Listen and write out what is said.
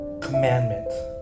commandment